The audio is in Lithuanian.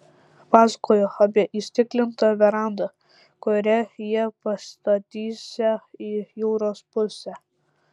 pasakojo apie įstiklintą verandą kurią jie pastatysią į jūros pusę